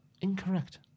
Incorrect